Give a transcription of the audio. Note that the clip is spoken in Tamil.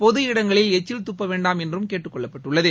பொது இடங்களில் எச்சில் துப்ப வேண்டாம் என்றும் கேட்டுக் கொள்ளப்பட்டுள்ளது